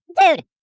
Dude